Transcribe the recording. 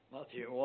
Matthew